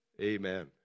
Amen